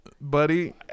buddy